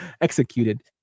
executed